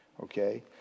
Okay